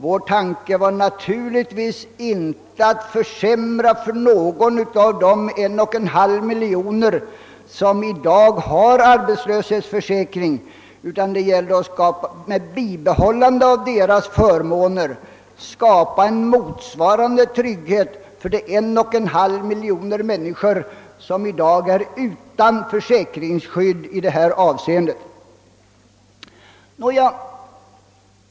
Vår tanke var naturligtvis inte att försämra förhållandena för någon av de en och en halv miljon människor som i dag redan har arbetslöshetsförsäkring, utan det gäller att med bibehållande av deras förmåner skapa en motsvarande trygghet för de en och en halv miljon människor som i dag är utan försäkringsskydd i detta avseende.